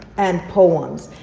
and poems.